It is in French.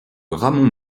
ramon